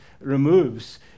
removes